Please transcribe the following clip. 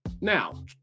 Now